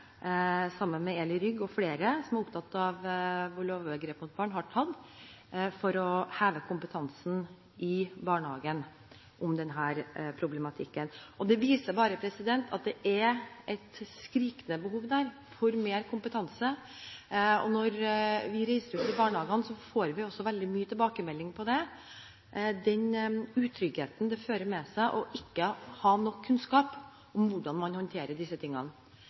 er opptatt av overgrep mot barn, har tatt for å heve kompetansen i barnehagen rundt denne problematikken. Det viser bare at det er et skrikende behov for mer kompetanse. Når vi reiser rundt i barnehagene, får vi også veldig mye tilbakemeldinger på den utryggheten det fører med seg ikke å ha nok kunnskap om hvordan man håndterer disse tingene,